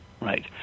right